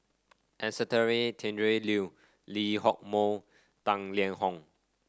Anastasia Tjendri Liew Lee Hock Moh Tang Liang Hong